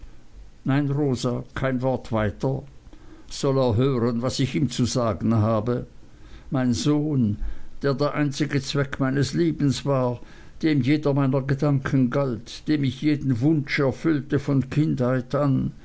nein rosa kein wort weiter soll er hören was ich ihm zu sagen habe mein sohn der der einzige zweck meines lebens war dem jeder meiner gedanken galt dem ich jeden wunsch erfüllte von kindheit an